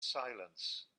silence